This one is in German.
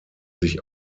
sich